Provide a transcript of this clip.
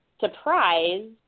surprise